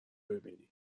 ببینی